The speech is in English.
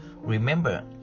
Remember